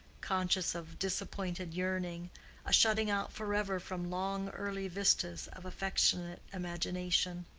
conscious of disappointed yearning a shutting out forever from long early vistas of affectionate imagination.